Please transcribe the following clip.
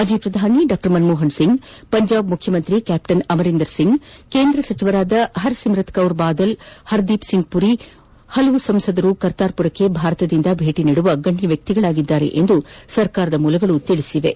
ಮಾಜಿ ಪ್ರಧಾನಿ ಮನಮೋಹನ್ ಸಿಂಗ್ ಪಂಜಾಬ್ ಮುಖ್ಯಮಂತ್ರಿ ಕ್ಯಾಪ್ಚನ್ ಅಮರಿಂದ್ರ ಸಿಂಗ್ ಕೇಂದ್ರ ಸಚಿವರಾದ ಹರ್ಸಿಮೃತ್ ಕೌರ್ ಬಾದಲ್ ಹರ್ದೀಪ್ ಸಿಂಗ್ ಪುರಿ ಹಲವು ಸಂಸದರು ಕರ್ತಾರ್ಪುರಕ್ಕೆ ಭಾರತದಿಂದ ಭೇಟಿ ನೀಡುವ ಗಣ್ಯ ವ್ಯಕ್ತಿಗಳಾಗಿದ್ದಾರೆ ಎಂದು ಸರ್ಕಾರದ ಮೂಲಗಳು ತಿಳಿಸಿವೆ